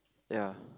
ya